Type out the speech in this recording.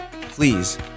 please